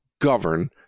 govern